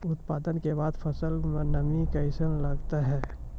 उत्पादन के बाद फसल मे नमी कैसे लगता हैं?